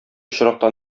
очракта